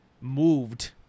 moved